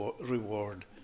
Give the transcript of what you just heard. reward